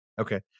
okay